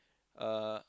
uh